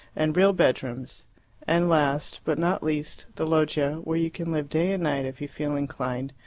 and real bedrooms and last, but not least, the loggia, where you can live day and night if you feel inclined,